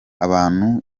abantu